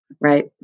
Right